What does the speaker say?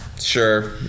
Sure